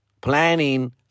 planning